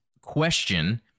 question